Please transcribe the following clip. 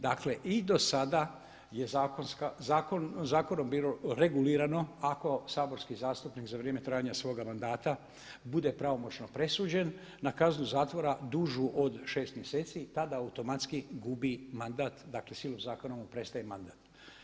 Dakle i do sada je zakonom bilo regulirano ako saborski zastupnik za vrijeme trajanja svoga mandata bude pravomoćno presuđen na kaznu zatvora dužu od šest mjeseci tada automatski gubi mandat, dakle silom zakona mu prestaje mandat.